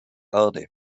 erde